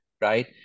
Right